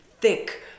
thick